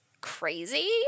crazy